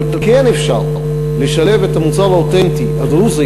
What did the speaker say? אבל כן אפשר לשלב את המוצר האותנטי הדרוזי